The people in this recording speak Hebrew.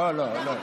לא, לא, לא.